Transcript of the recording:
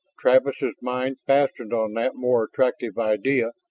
travis' mind fastened on that more attractive idea,